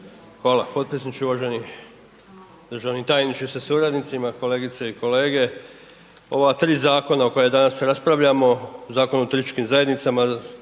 Hvala potpredsjedniče i uvaženi državni tajniče sa suradnicima, kolegice i kolege ova 3 zakona o kojima danas raspravljamo, Zakon o turističkim zajednicama,